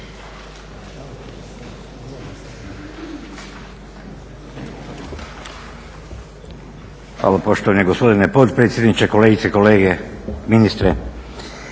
Hvala poštovani gospodine potpredsjedniče. Kolegice i kolege, ministre.